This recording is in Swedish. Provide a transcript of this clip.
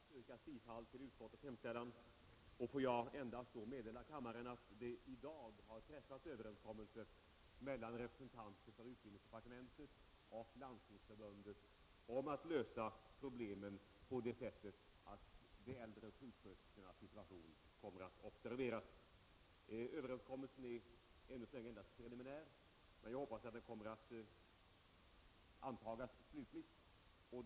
Herr talman! Det har under debatten endast yrkats bifall till utskottets hemställan. Jag kan meddela kammaren att överenskommelse i dag har träffats mellan representanter för utbildningsdepartementet och Landstingsförbundet om att lösa problemet så att de äldre sjuksköterskornas situation kommer att observeras. Överenskommelsen är ännu så länge endast preliminär men jag hoppas att den kommer att antagas slutligt.